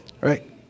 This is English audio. right